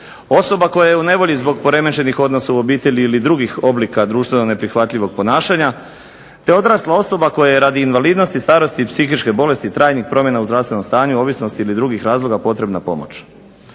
Osoba koja je u nevolji zbog poremećenih odnosa u obitelji ili drugih oblika društveno neprihvatljivog ponašanja, te odrasla osoba koja je radi invalidnosti, starosti i psihičke bolesti i trajnih promjena u zdravstvenom stanju, ovisnosti ili drugih razloga potrebna pomoć.